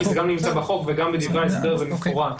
כי זה גם נמצא בחוק וגם בדברי ההסבר במפורט.